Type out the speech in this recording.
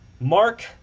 Mark